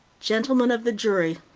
gentlemen of the jury!